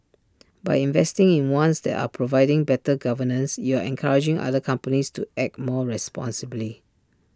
by investing in ones that are providing better governance you're encouraging other companies to act more responsibly